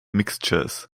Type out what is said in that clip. mixtures